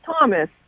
Thomas